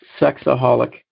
sexaholic